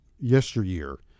yesteryear